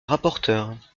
rapporteure